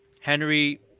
henry